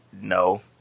No